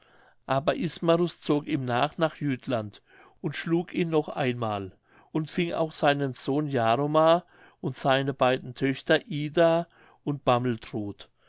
aber ismarus zog ihm nach nach jütland und schlug ihn noch einmal und fing auch seinen sohn jaromar und seine beiden töchter ida und